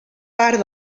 part